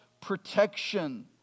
protection